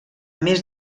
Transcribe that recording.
més